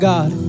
God